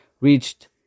reached